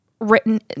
written